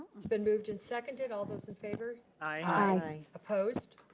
it's been moved and seconded. all those in favor? i. opposed?